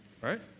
Right